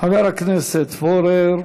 חבר הכנסת פורר,